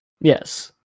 Yes